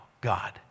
God